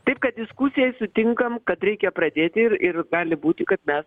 taip kad diskusijoj sutinkam kad reikia pradėti ir ir gali būti kad mes